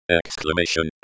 exclamation